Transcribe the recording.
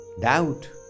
doubt